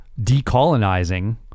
decolonizing